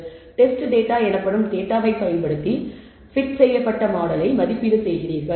எனவே test data எனப்படும் டேட்டாவைப் பயன்படுத்தி பொருத்தப்பட்ட மாடலை மதிப்பீடு செய்கிறீர்கள்